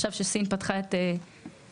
עכשיו כשסין פתחה את השמיים.